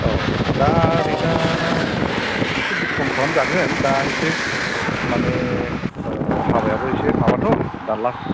औ दा रेदा एसे डिसकाउन खालामजागोन दा एसे माने हाबायाबो एसे माबाथ' दा लास